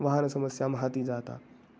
वाहनसमस्या महती जाता